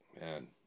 man